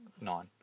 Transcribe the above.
Nine